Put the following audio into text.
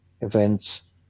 events